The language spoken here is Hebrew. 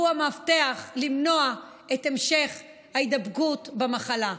והוא המפתח למנוע את המשך ההידבקות במחלה.